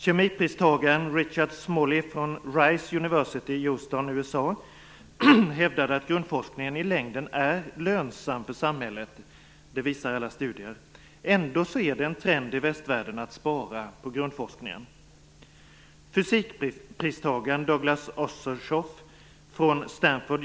Kemipristagaren Richard Smalley från Rice University i Houston, USA, hävdade att grundforskningen i längden är lönsam för samhället. Det visar alla studier. Ändå är det en trend i västvärlden att spara på grundforskningen.